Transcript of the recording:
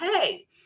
okay